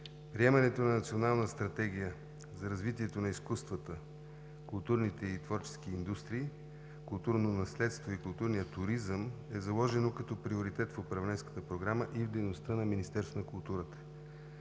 Приемането на Национална стратегия за развитието на изкуствата, културните и творчески индустрии, културното наследство и културния туризъм е заложено като приоритет в управленската програма и в дейността на Министерството на културата.